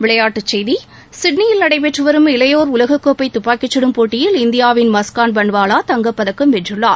விளையாட்டுச் செய்திகள் சிட்னியில் நடைபெற்று வரும் இளையோர் உலகக் கோப்பை தப்பாக்கிச் சுடும் போட்டியில் இந்தியாவின் மஸ்கான் பன்வாலா தங்கப்பதக்கம் வென்றுள்ளார்